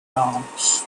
advanced